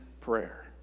prayer